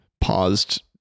paused